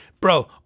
bro